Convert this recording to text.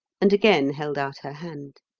and again held out her hand.